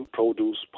produce